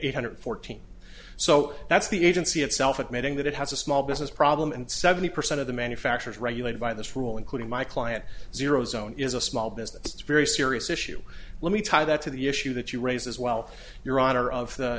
eight hundred fourteen so that's the agency itself admitting that it has a small business problem and seventy percent of the manufacturers regulated by this rule including my client zero zone is a small business it's very serious issue let me tie that to the issue that you raised as well your honor of